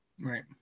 Right